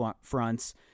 fronts